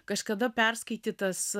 kažkada perskaitytas